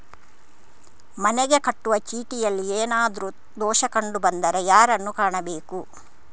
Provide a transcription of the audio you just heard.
ಮನೆಗೆ ಕಟ್ಟುವ ಚೀಟಿಯಲ್ಲಿ ಏನಾದ್ರು ದೋಷ ಕಂಡು ಬಂದರೆ ಯಾರನ್ನು ಕಾಣಬೇಕು?